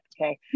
Okay